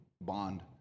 bond